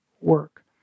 work